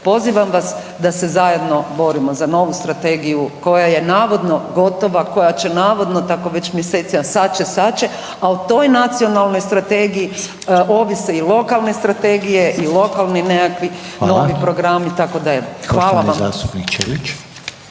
pozivam vas da se zajedno borimo za novu strategiju koja je navodno gotova, koja će navodno tako već mjesecima sad će, sad će, a o toj nacionalnoj strategiji ovise i lokalne strategije i lokalni nekakvi novi programi …/Upadica: Hvala./…